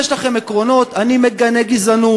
אם יש לכם עקרונות, אני מגנה גזענות,